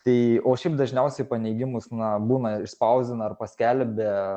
tai o šiaip dažniausiai paneigimus na būna išspausdina ar paskelbia